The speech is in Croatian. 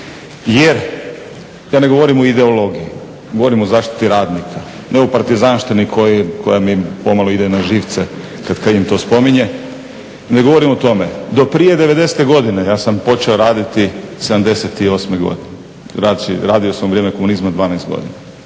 Jer ja ne govorim o ideologiji, govorim o zaštiti radnika, ne o partizanštini koja mi pomalo ide na živce kad Kajin to spominje, ne govorim o tome. Do prije '90. godine ja sam počeo raditi '78. godine, radio sam u vrijeme komunizma 12 godina,